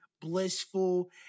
blissful